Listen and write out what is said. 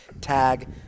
tag